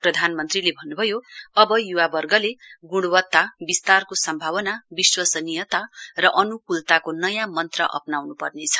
प्रधानमन्त्रीले भन्नुभयो अब युवावर्गले गुणवत्ता विस्तारको सम्भावना विश्वसनीयता र अनुकूलताको नयाँ मन्त्र अप्नाउनुपर्नेछ